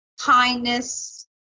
kindness